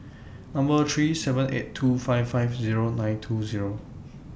Number three seven eight two five five Zero nine two Zero